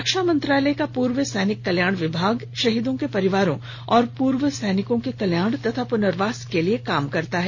रक्षा मंत्रालय का पूर्व सैनिक कल्याण विभाग शहीदों के परिवारों और पूर्व सैनिकों के कल्याण और पुनर्वास के लिए काम करता है